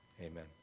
Amen